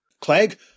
Clegg